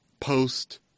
post